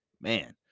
Man